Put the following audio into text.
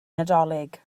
nadolig